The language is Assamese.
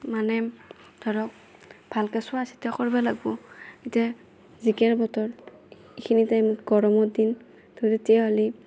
মানে ধৰক ভালকৈ চোৱা চিতা কৰিব লাগিব এতিয়া জিকাৰ বতৰ এইখিনি টাইম গৰমৰ দিন ত' তেতিয়াহ'লে